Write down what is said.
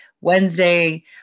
Wednesday